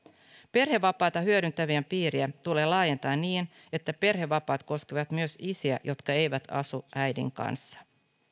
perhevapaita hyödyntävien piiriä tulee laajentaa niin että perhevapaat koskevat myös isiä jotka eivät asu äidin kanssa